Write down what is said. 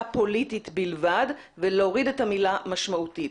פוליטית בלבד ולהוריד את המילה משמעותית.